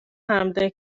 حمله